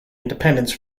independence